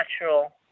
natural